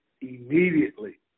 immediately